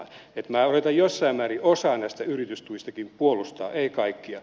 minä yritän jossain määrin osaa näistä yritystuistakin puolustaa en kaikkia